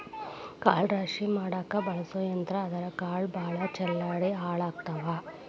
ಕಾಳ ರಾಶಿ ಮಾಡಾಕ ಬಳಸು ಯಂತ್ರಾ ಆದರಾ ಕಾಳ ಭಾಳ ಚಲ್ಲಾಡಿ ಹಾಳಕ್ಕಾವ